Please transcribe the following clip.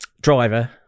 driver